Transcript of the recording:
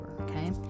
okay